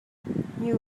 new